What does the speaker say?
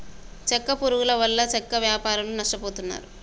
చెక్క పురుగుల వల్ల చెక్క వ్యాపారులు నష్టపోతున్నారు